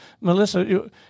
Melissa